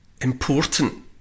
important